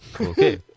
okay